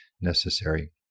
necessary